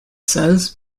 says